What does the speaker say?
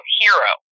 hero